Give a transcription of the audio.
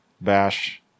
bash